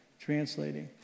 translating